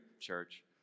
church